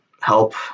help